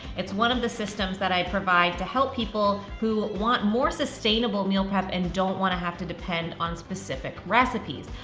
it's one of the systems that i provide to help people who want more sustainable meal prep and don't wanna have to depend on specific recipes.